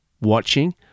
watching